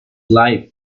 life